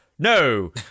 No